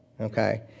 okay